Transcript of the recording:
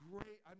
Great